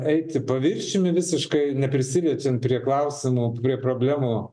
eiti paviršiumi visiškai neprisiliečian prie klausimų prie problemų